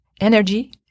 energy